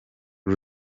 com